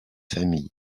famille